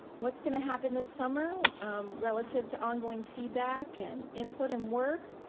what's gonna happen this summer relative to ongoing feedback and input and work?